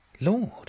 Lord